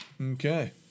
Okay